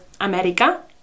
America